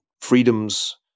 freedoms